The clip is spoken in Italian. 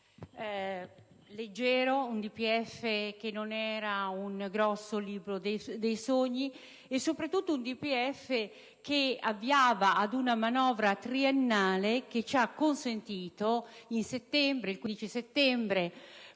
leggero, che non era un grosso libro dei sogni e soprattutto che avviava ad una manovra triennale che ci ha consentito, il 15 settembre,